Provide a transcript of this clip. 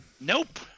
Nope